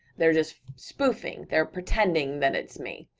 they're just spoofing, they're pretending that it's me.